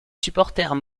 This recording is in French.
supporters